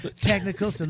technical